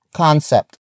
concept